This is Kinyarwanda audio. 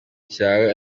cyawe